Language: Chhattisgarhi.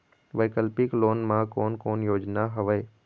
वैकल्पिक लोन मा कोन कोन योजना हवए?